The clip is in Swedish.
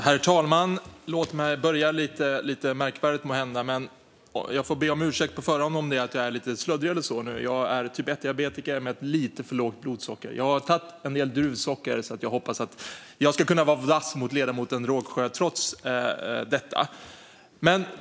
Herr talman! Jag vill be om ursäkt på förhand om jag är lite sluddrig. Jag är diabetiker och har lite för lågt blodsocker. Jag har tagit en del druvsocker, så jag hoppas att jag ska kunna vara vass mot ledamoten Rågsjö trots detta.